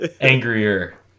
Angrier